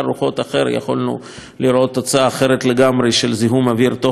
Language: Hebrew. יכולנו לראות תוצאה אחרת לגמרי של זיהום אוויר תוך כדי אירוע.